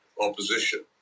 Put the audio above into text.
opposition